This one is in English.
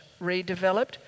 redeveloped